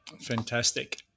Fantastic